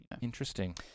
interesting